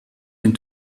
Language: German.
den